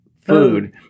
food